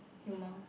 humour